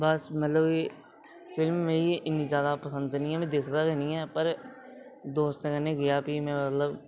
बस मतलब कि फिल्मां मिगी इन्नी जैदा पसंद निं हैन में दिखदा ते निं ऐ पर दोस्तें कन्नै गेआ भी में मतलब